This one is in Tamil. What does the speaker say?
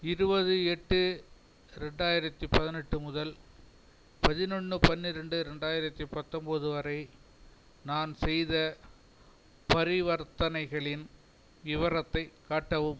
இருபது எட்டு ரெண்டாயிரத்தி பதினெட்டு முதல் பதின்னொன்று பன்னிரெண்டு ரெண்டாயிரத்தி பத்தொன்போது வரை நான் செய்த பரிவர்த்தனைகளின் விவரத்தை காட்டவும்